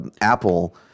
Apple